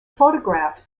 photographs